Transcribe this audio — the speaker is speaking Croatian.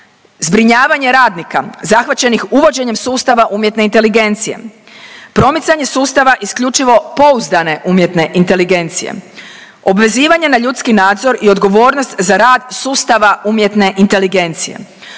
zbrinjavanje radnika zahvaćenih uvođenjem sustava umjetne inteligencije, promicanje sustava isključivo pouzdane umjetne inteligencije, obvezivanje na ljudski nadzor i odgovornost za rad sustava umjetne inteligencije,